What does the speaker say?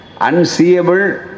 Unseeable